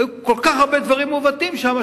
היו כל כך הרבה דברים מעוותים שם,